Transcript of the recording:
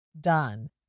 done